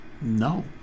No